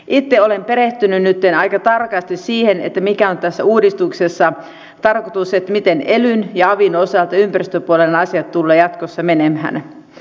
itse olen perehtynyt nytten aika tarkasti siihen mikä on tässä uudistuksessa tarkoitus miten elyn ja avin osalta ympäristöpuolen asiat tulevat jatkossa menemään